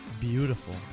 beautiful